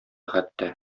хәтта